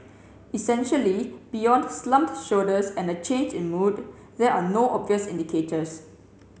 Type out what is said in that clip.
essentially beyond slumped shoulders and a change in mood there are no obvious indicators